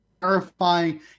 terrifying